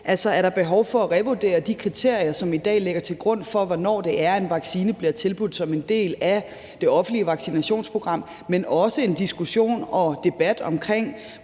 om der er behov for at revurdere de kriterier, som i dag ligger til grund for, hvornår en vaccine bliver tilbudt som en del af det offentlige vaccinationsprogram, men der er også en diskussion og debat om,